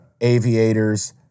aviators